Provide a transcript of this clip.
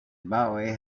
bowie